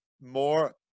more